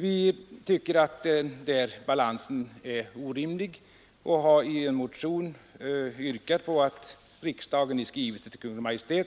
Vi tycker att denna balans är orimlig och har i vår motion yrkat på att ”riksdagen i skrivelse till Kungl. Maj:t